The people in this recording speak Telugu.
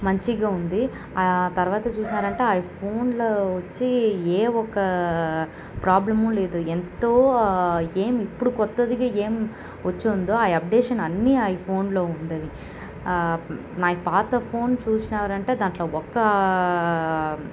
మంచిగ ఉంది తర్వత చూసినారంటే ఆ ఫోన్లో వచ్చి ఏ ఒక్క ప్రోబ్లము లేదు ఎంతో ఏం ఇప్పుడు కొత్తదిగా ఏం వచ్చుందో ఆ అప్డేషన్ అన్నీ ఐఫోన్లో ఉంటుంది నా పాత ఫోన్ చూసినారంటే దాంట్లో ఒక్క